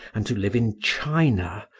and to live in china,